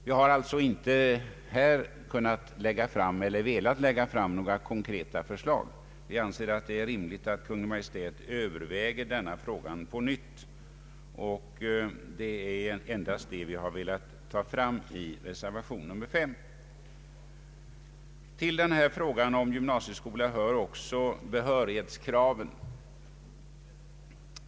Vi har alltså inte här kunnat eller velat lägga fram några konkreta förslag utan anser att det är rimligt att Kungl. Maj:t överväger denna fråga på nytt. Det är endast detta vi velat framhålla i reservationen 5. Under frågan om gymnasieskolan faller också behörighetskraven.